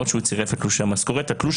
הוא שלח תלוש משכורת של צרפת לחודש